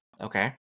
Okay